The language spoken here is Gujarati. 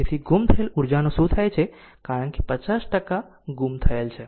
તેથી ગુમ થયેલ ઉર્જાનું શું થાય છે કારણ કે 50 ટકા ગુમ થયેલ છે